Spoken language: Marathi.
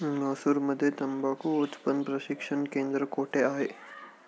म्हैसूरमध्ये तंबाखू उत्पादन प्रशिक्षण केंद्र कोठे आहे?